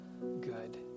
good